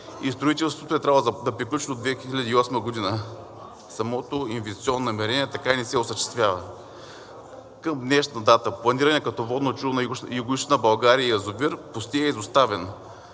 и строителството е трябвало да приключи до 2008 г. Самото инвестиционно намерение така и не се осъществява. Към днешна дата планираният като водно чудо на Югоизточна България язовир пустее и е изоставен.